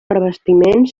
revestiment